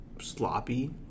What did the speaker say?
Sloppy